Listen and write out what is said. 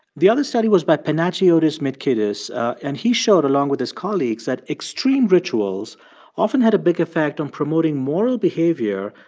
the other study was by panagiotis mitkidis. and he showed, along with his colleagues, that extreme rituals often had a big effect on promoting moral behavior,